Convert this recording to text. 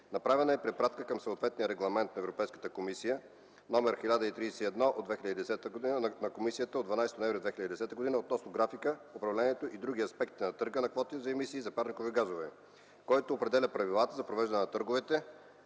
Направена е и препратка към съответния Регламент на Европейската комисия (ЕС) № 1031/2010 на Комисията от 12 ноември 2010 г. относно графика, управлението и други аспекти на търга на квоти за емисии на парникови газове, който определя правилата за провеждане търговете